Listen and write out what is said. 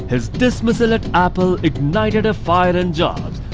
his dismissal at apple, ignited a fire in jobs.